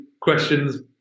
questions